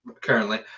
currently